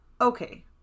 Okay